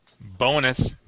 Bonus